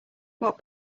what